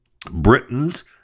Britons